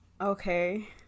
Okay